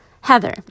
heather